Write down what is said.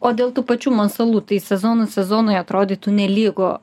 o dėl tų pačių masalų tai sezonas sezonui atrodytų nelygu